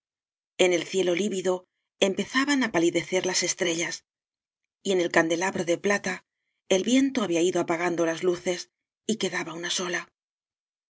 en el cielo lívido empezaban á palidecer las es i trellas y en el candelabro de plata el viento había ido apagando las luces y quedaba una sola